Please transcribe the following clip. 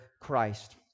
Christ